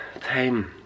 time